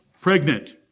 pregnant